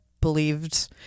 believed